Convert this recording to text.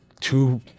two